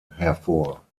hervor